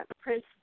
prince